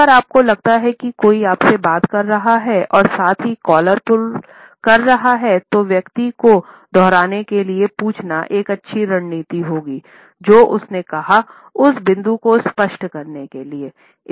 अगर आपको लगता है कि कोई आपसे बात कर रहा है और साथ ही कॉलर पुल कर रहा हैतो व्यक्ति को दोहराने के लिए पूछना एक अच्छी रणनीति होगी जो उसने कहा उस बिंदु को स्पष्ट करने के लिए है